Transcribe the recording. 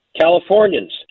Californians